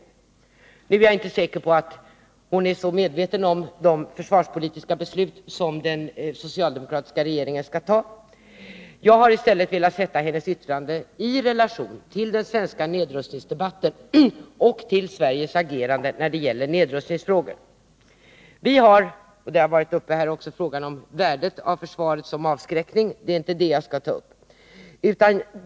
Nu är jag inte säker på att hon är så medveten om de försvarspolitiska beslut som den socialdemokratiska regeringen skall fatta. Jag har i stället velat sätta hennes yttrande i relation till den svenska nedrustningsdebatten och till Sveriges agerande när det gäller nedrustningsfrågor. Här har också talats om värdet av försvar som avskräckningsmedel. Det är inte det jag skall ta upp.